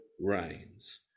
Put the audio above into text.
reigns